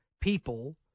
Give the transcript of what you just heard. people